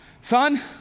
Son